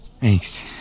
Thanks